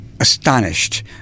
Astonished